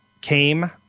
came